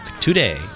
today